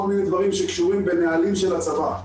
כל מיני דברים שקשורים בנהלים של הצבא.